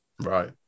Right